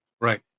Right